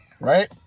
right